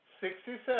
sixty-seven